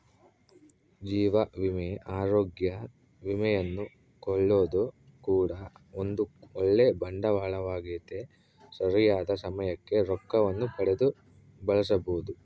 ಜೀವ ವಿಮೆ, ಅರೋಗ್ಯ ವಿಮೆಯನ್ನು ಕೊಳ್ಳೊದು ಕೂಡ ಒಂದು ಓಳ್ಳೆ ಬಂಡವಾಳವಾಗೆತೆ, ಸರಿಯಾದ ಸಮಯಕ್ಕೆ ರೊಕ್ಕವನ್ನು ಪಡೆದು ಬಳಸಬೊದು